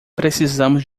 precisamos